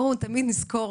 תמיד נזכור.